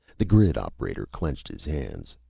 the grid operator clenched his hands.